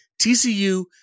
TCU